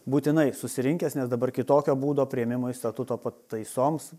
būtinai susirinkęs nes dabar kitokio būdo priėmimui statuto pataisoms